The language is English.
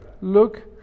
look